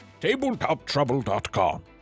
TabletopTrouble.com